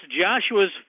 Joshua's